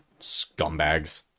Scumbags